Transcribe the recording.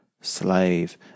slave